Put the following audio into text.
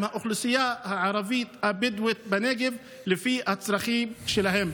האוכלוסייה הערבית הבדואית בנגב לפי הצרכים שלהם.